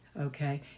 Okay